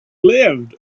lived